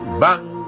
bang